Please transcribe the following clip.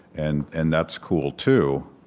and and that's cool too.